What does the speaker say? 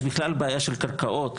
יש בכלל בעיה של קרקעות.